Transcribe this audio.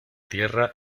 tierra